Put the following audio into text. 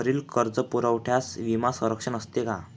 वरील कर्जपुरवठ्यास विमा संरक्षण असते का?